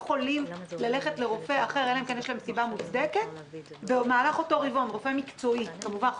אנחנו מדברים כמובן רק על רופא מקצועי כי ברופא משפחה אין גביה.